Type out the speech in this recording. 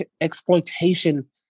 exploitation